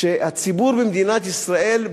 שהציבור במדינת ישראל,